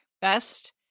best